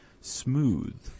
smooth